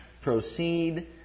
proceed